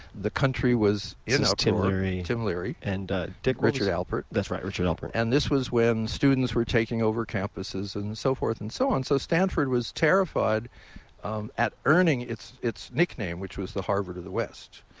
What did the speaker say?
the country was in this is ah tim leary. tim leary. and dick richard alpert. that's right, richard alpert. and this was when students were taking over campuses and so forth and so on, so stanford was terrified at earning its its nickname, which was the harvard of the west.